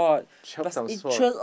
twelve times four